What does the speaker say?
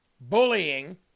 bullying